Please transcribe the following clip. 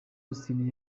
austin